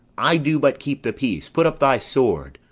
i do but keep the peace. put up thy sword,